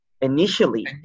initially